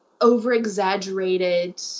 over-exaggerated